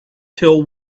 till